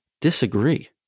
disagree